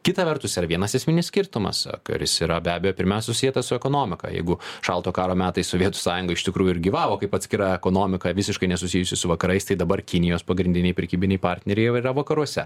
kita vertus yra vienas esminis skirtumas kuris yra be abejo pirmiausia susietas su ekonomika jeigu šalto karo metais sovietų sąjunga iš tikrųjų ir gyvavo kaip atskira ekonomika visiškai nesusijusi su vakarais tai dabar kinijos pagrindiniai prekybiniai partneriai jau yra vakaruose